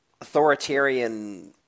authoritarian